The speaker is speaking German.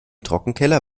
trockenkeller